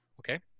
Okay